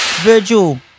Virgil